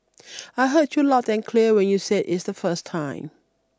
I heard you loud and clear when you said it the first time